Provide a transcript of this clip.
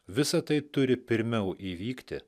visa tai turi pirmiau įvykti